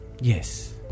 Yes